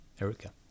Erica